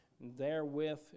therewith